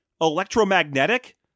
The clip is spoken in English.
electromagnetic